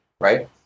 Right